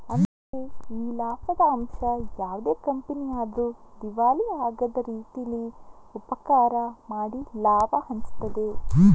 ಅಂದ್ರೆ ಈ ಲಾಭದ ಅಂಶ ಯಾವುದೇ ಕಂಪನಿ ಆದ್ರೂ ದಿವಾಳಿ ಆಗದ ರೀತೀಲಿ ಉಪಕಾರ ಮಾಡಿ ಲಾಭ ಹಂಚ್ತದೆ